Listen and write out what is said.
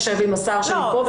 אשב עם השר שלי פה --- לא,